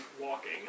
walking